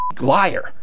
liar